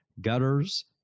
gutters